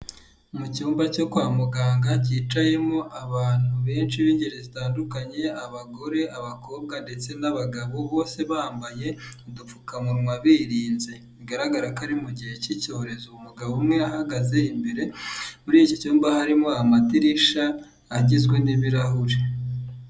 Mu cyumba cyo kwa muganga cyicayemo abantu benshi b'ingeri zitandukanye, abagore, abakobwa, ndetse n'abagabo, bose bambaye udupfukamunwa birinze bigaragara ko ari mu gihe cy'icyorezo. Umugabo umwe ahagaze imbere muri iki cyumba, harimo amadirisha agizwe n'ibirahure.